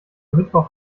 mittwoch